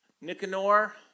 Nicanor